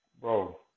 Bro